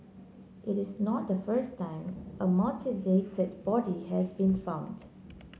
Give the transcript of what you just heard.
it is not the first time a mutilated body has been found